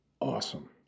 awesome